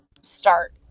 start